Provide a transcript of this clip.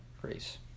grace